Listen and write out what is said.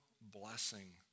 blessing